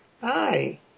Hi